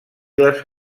les